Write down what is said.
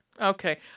Okay